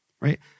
right